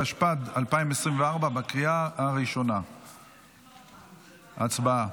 התשפ"ד 2024. הצבעה.